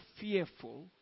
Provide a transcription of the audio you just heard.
fearful